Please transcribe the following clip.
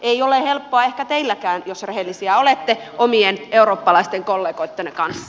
ei ole helppoa ehkä teilläkään jos rehellisiä olette omien eurooppalaisten kollegoittenne kanssa